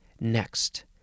Next